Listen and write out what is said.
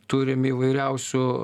turim įvairiausių